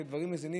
כי הדברים מזינים,